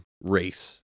race